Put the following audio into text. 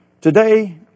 Today